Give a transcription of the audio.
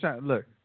Look